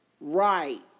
Right